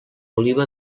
oliva